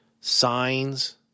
Signs